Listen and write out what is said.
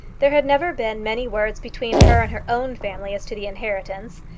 there had never been many words between her and her own family as to the inheritance.